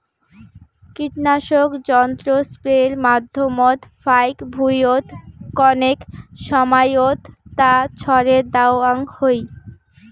কীটনাশক যন্ত্র স্প্রের মাধ্যমত ফাইক ভুঁইয়ত কণেক সমাইয়ত তা ছড়ে দ্যাওয়াং হই